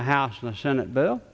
the house and the senate bill